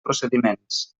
procediments